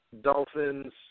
Dolphins